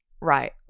Right